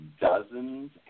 dozens